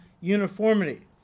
uniformity